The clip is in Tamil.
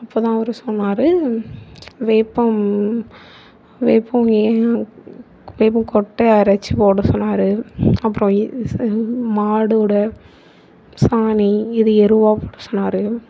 அப்ப தான் அவர் சொன்னார் வேப்பம் வேப்பம் வேப்பம் கொட்டயை அரைச்சி போட சொன்னார் அப்புறம் மாடோட சாணி இது எருவாக போட சொன்னார்